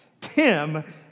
Tim